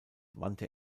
wandte